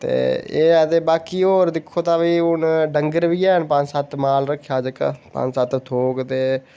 ते एह् हे ते बाकी होर दिक्खो ते फ्ही हून डंगर बी ऐ न पंज सत्त माल रक्खे दा जेह्का पंज सत्त थोह्ग ते